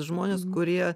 žmonės kurie